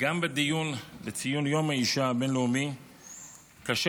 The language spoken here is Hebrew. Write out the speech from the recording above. גם בדיון לציון יום האישה הבין-לאומי קשה